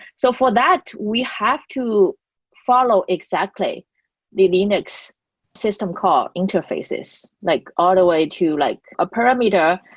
so for that, we have to follow exactly the linux system core interfaces, like all the way to like a parameter,